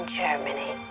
germany